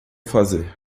fazer